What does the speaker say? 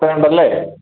വേണ്ട അല്ലേ